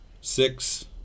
six